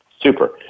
Super